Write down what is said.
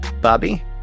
Bobby